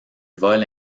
vols